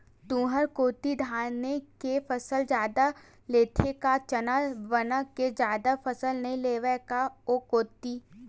तुंहर कोती धाने के फसल जादा लेथे का चना वना के जादा फसल नइ लेवय का ओ कोती?